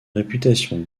réputation